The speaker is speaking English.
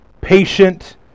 patient